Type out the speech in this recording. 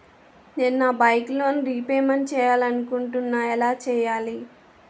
నేను నా bike loan repayment చేయాలనుకుంటున్నా ఎలా చేయాలి?